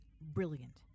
brilliant